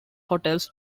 hotels